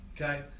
Okay